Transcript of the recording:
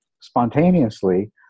spontaneously